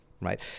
right